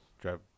drive